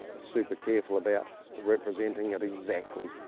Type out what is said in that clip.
super careful about representing it exactly.